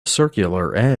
circular